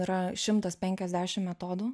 yra šimtas penkias dešimt metodų